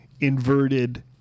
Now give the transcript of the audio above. Inverted